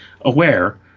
aware